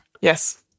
Yes